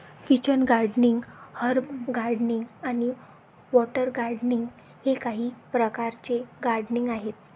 kitchen gardening, herb gardening आणि water gardening हे काही प्रकारचे गार्डनिंग आहेत